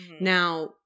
Now